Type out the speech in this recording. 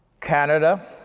Canada